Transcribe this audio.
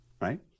right